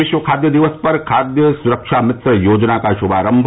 विश्व खाद्य दिवस पर खाद्य सुरक्षा भित्र योजना का शुभारंभ